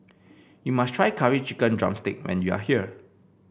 you must try Curry Chicken drumstick when you are here